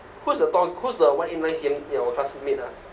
who's the tall who's the one eight nine C_M in our classmate ah